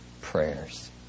prayers